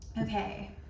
Okay